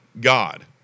God